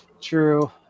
True